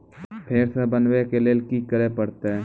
फेर सॅ बनबै के लेल की करे परतै?